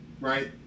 right